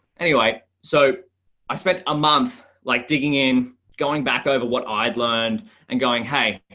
anyway, so i spent a month like digging in, going back over what i'd learned and going, hey,